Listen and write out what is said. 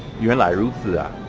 yuan lai ruci yeah